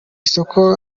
isoko